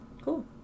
Cool